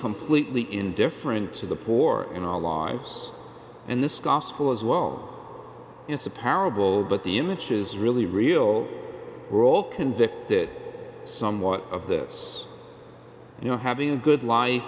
completely indifferent to the poor and all lives and this gospel as well it's a parable about the images really real we're all convicts that somewhat of this you know having a good life